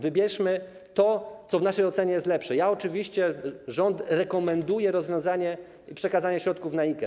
Wybierzmy to, co w naszej ocenie jest lepsze, ja oczywiście, rząd rekomenduje przekazanie środków na IKE.